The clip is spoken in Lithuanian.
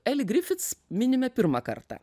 eli grifits minime pirmą kartą